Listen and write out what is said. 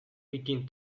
begin